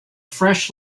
fresh